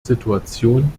situation